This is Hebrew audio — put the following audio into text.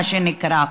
מה שנקרא: